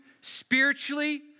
spiritually